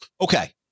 okay